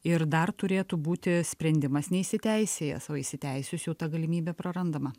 ir dar turėtų būti sprendimas neįsiteisėjęs o įsiteisėjusių ta galimybė prarandama